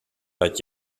dat